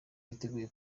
yiteguye